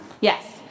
Yes